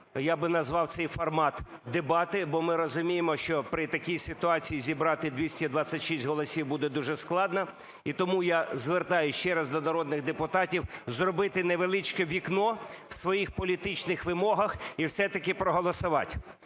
я би назвав цей формат "дебати", бо ми розуміємо, що при такій ситуації зібрати 226 голосів буде дуже складно. І тому я звертаюсь ще раз до народних депутатів зробити невеличке вікно у своїх політичних вимогах і все-таки проголосувати.